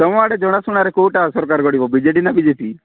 ତୁମ ଆଡ଼େ ଜଣାଶୁଣାରେ କେଉଁଟା ସରକାର ଗଢ଼ିବ ବି ଜେ ଡ଼ି ନା ବି ଜେ ପି